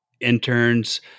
interns